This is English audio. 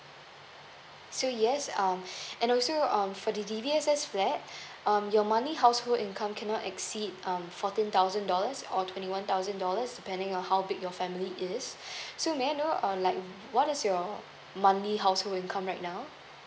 so yes um and also um for the D_B_S_S flats um your money household income cannot exceed um fourteen thousand dollars or twenty one thousand dollars depending on how big your family is so may I know um like what is your monthly household income right now